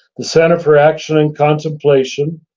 the center for action and contemplation.